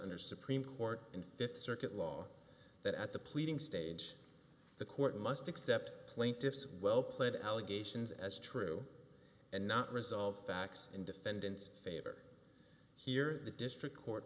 under supreme court in th circuit law that at the pleading stage the court must accept plaintiff's well played allegations as true and not resolve facts in defendant's favor here the district court